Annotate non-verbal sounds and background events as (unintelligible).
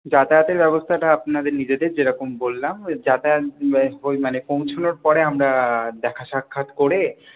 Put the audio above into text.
যাতায়াতের ব্যবস্থাটা আপনাদের নিজেদের যেরকম বললাম ওই যাতায়াত (unintelligible) ওই মানে পৌঁছোনোর পরে আমরা দেখা সাক্ষাৎ করে